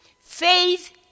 Faith